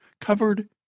covered